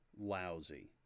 lousy